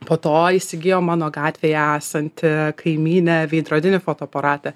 po to įsigijo mano gatvėje esantį kaimynė veidrodinį fotoaparatą